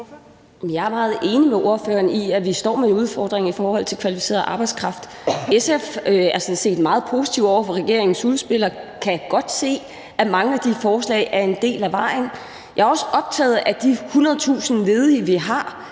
Jeg er meget enig med spørgeren i, at vi står med en udfordring i forhold til kvalificeret arbejdskraft. SF er sådan set meget positiv over for regeringens udspil og kan godt se, at mange af de forslag er en del af vejen. Jeg er også optaget af de 100.000 ledige, vi har,